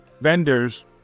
vendors